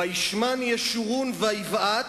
"וישמן ישרון ויבעט,